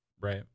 right